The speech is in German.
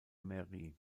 mairie